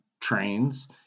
trains